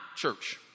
church